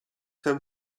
them